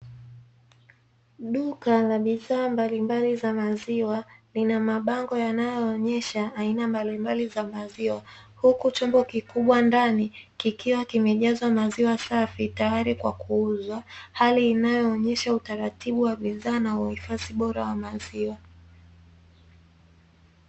Duka la bidhaa mbalimbali za maziwa lina mabango yanayoonyesha aina mbalimbali za maziwa Huku chombo kikubwa ndani kikiws kimejazwa maziwa safi tayari kwa kuuzwa ikionyesha